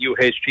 UHG